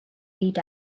lead